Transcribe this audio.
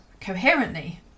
coherently